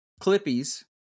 Clippies